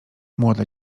młoda